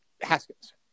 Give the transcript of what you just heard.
haskins